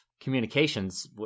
communications